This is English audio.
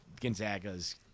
Gonzaga's